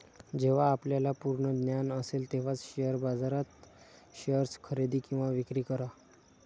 जेव्हा आपल्याला पूर्ण ज्ञान असेल तेव्हाच शेअर बाजारात शेअर्स खरेदी किंवा विक्री करा